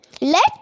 Let